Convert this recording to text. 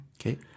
okay